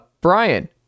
Brian